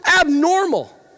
abnormal